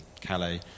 Calais